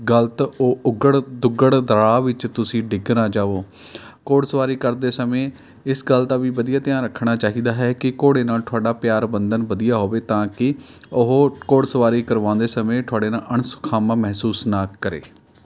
ਗਲਤ ਉ ਉੱਗੜ ਦੁੱਗੜ ਰਾਹ ਵਿੱਚ ਤੁਸੀਂ ਡਿੱਗ ਨਾ ਜਾਵੋ ਘੋੜ ਸਵਾਰੀ ਕਰਦੇ ਸਮੇਂ ਇਸ ਗੱਲ ਦਾ ਵੀ ਵਧੀਆ ਧਿਆਨ ਰੱਖਣਾ ਚਾਹੀਦਾ ਹੈ ਕਿ ਘੋੜੇ ਨਾਲ਼ ਤੁਹਾਡਾ ਪਿਆਰ ਬੰਧਨ ਵਧੀਆ ਹੋਵੇ ਤਾਂ ਕਿ ਉਹ ਘੋੜ ਸਵਾਰੀ ਕਰਵਾਉਂਦੇ ਸਮੇਂ ਤੁਹਾਡੇ ਨਾਲ਼ ਅਣਸੁਖਾਵਾਂ ਮਹਿਸੂਸ ਨਾ ਕਰੇ